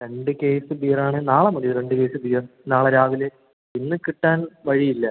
രണ്ട് കേസ് ബിയറാണെ നാളെ മതിയോ രണ്ട് കേസ് ബിയർ നാളെ രാവിലെ ഇന്ന് കിട്ടാൻ വഴിയില്ല